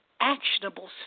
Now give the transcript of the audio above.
actionable